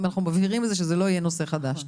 אנחנו מבהירים שזה לא יהיה נושא חדש.